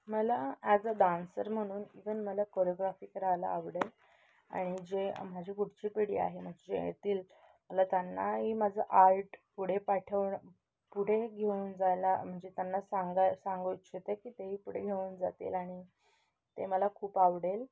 मला as a dancer म्हणून even मला कोरिओग्राफी करायला आवडेल आणि जे माझी पुढची पिढी आहे म्हणजे जे येतील मला त्यांनाही माझं आर्ट पुढे पाठवण पुढे घेऊन जायला म्हणजे त्यांना सांगायला सांगू इच्छिते की ते ही पुढे घेऊन जातील आणि ते मला खूप आवडेल